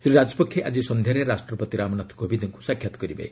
ଶ୍ରୀ ରାଜପକ୍ଷେ ଆଜି ସନ୍ଧ୍ୟାରେ ରାଷ୍ଟ୍ରପତି ରାମନାଥ କୋବିନ୍ଦଙ୍କ ସାକ୍ଷାତ କରିବେ